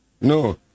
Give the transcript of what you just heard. no